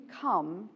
come